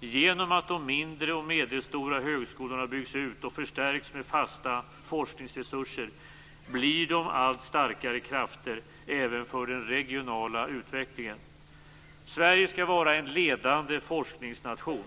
Genom att de mindre och medelstora högskolorna byggs ut och förstärks med fasta forskningsresurser blir de allt starkare krafter även för den regionala utvecklingen. Sverige skall vara en ledande forskningsnation.